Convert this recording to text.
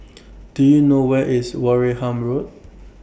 Do YOU know Where IS Wareham Road